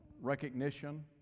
recognition